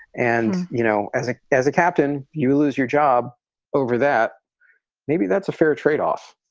and, you know, as a as a captain, you lose your job over that maybe that's a fair trade off.